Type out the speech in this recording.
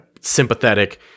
sympathetic